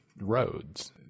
roads